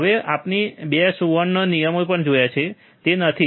હવે આપણે 2 સુવર્ણ ગોલ્ડન નિયમો પણ જોયા છે તે નથી